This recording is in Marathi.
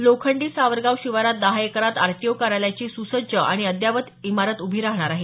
लोखंडी सावरगाव शिवारात दहा एकरात आरटीओ कार्यालयाची सुसज्ज आणि अद्यावत इमारत उभी राहणार आहे